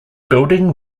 building